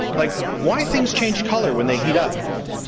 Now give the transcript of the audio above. like why things change colour when they heat up,